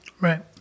Right